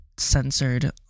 censored